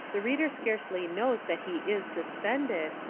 the reader scarcely knows that he is suspended,